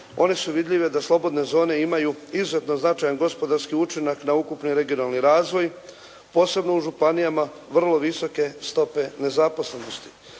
oni su vidljivi da slobodne zone imaju izuzetno značajan gospodarski učinak na ukupni regionalni razvoj, posebno u županijama vrlo visoke stope nezaposlenosti.